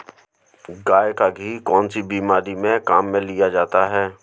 गाय का घी कौनसी बीमारी में काम में लिया जाता है?